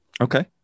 Okay